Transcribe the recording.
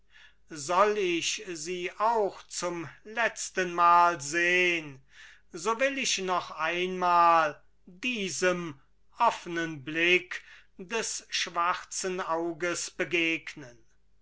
soll ich sie auch zum letztenmal sehn so will ich noch einmal diesem offenen blick des schwarzen auges begegnen